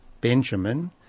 Benjamin